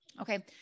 Okay